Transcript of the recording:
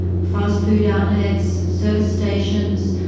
fast food outlets, service stations,